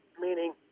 meaning